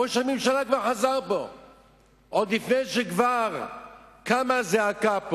ראש הממשלה כבר חזר בו עוד לפני שקמה פה זעקה.